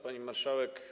Pani Marszałek!